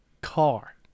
car